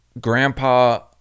grandpa